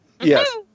yes